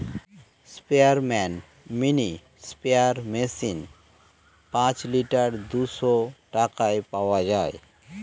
স্পেয়ারম্যান mini sprayer machine পাঁচ litre দুইশো টাকায় পাওয়া যায়